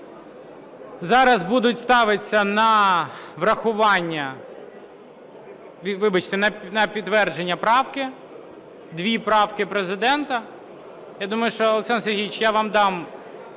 Зараз будуть ставитися на врахування, вибачте, на підтвердження правки, дві правки Президента. Я думаю, що, Олександр Сергійович, я вам дам